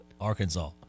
Arkansas